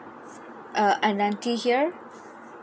uh ananthiy here